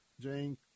Jane